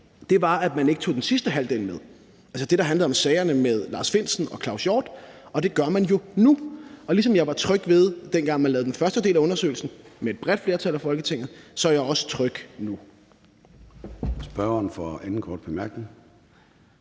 var, at man ikke tog den sidste halvdel med – altså det, der handlede om sagerne med Lars Findsen og Claus Hjort Frederiksen, og det gør man jo nu. Og ligesom jeg var tryg, dengang man lavede den første del af undersøgelsen med et bredt flertal af Folketinget, er jeg også tryg nu.